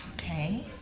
Okay